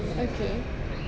okay